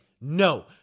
No